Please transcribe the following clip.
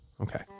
Okay